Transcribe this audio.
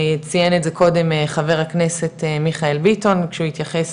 ציין את זה קודם חבר הכנסת מיכאל ביטון כשהוא התייחס